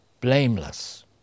blameless